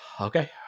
Okay